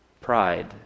pride